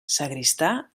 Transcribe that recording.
sagristà